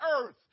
earth